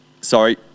sorry